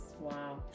Wow